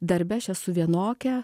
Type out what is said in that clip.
darbe aš esu vienokia